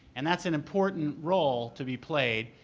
and that's an important role to be played.